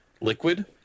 liquid